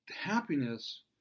happiness